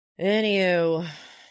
Anywho